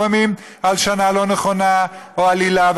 לפעמים הלשנה לא נכונה או עלילה.